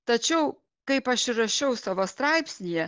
tačiau kaip aš ir rašiau savo straipsnyje